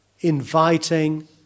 inviting